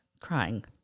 Crying